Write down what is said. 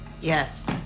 Yes